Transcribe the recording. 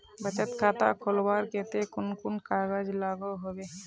बचत खाता खोलवार केते कुन कुन कागज लागोहो होबे?